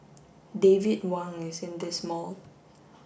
David Wang is in this mall